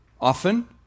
often